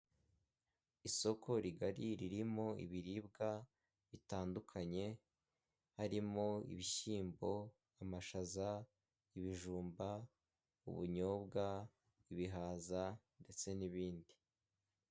Isoko rigari ririmo ibiribwa bitandukanye harimo ibishyimbo , amashaza, ibijumba , ubunyobwa, ibihaza ndetse n'ibindi .